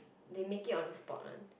they make it on the spot one